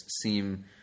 seem